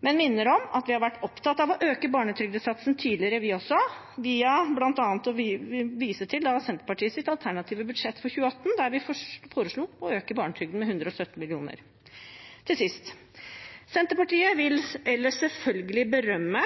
men minner om at også vi har vært opptatt av å øke barnetrygdsatsen tidligere – vi viser til Senterpartiets alternative budsjett for 2018, der vi foreslo å øke barnetrygden med 117 mill. kr. Til sist: Senterpartiet vil ellers selvfølgelig berømme